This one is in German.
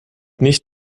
nicht